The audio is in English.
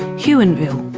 huonville.